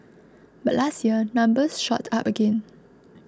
but last year numbers shot up again